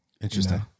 Interesting